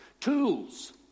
tools